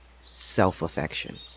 self-affection